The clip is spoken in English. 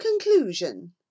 conclusion